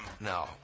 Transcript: No